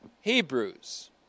Hebrews